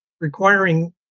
requiring